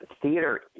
theater